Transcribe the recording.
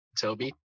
Toby